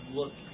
look